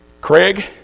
Craig